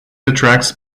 attracts